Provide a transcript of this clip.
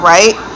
Right